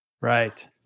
Right